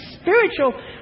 spiritual